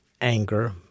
anger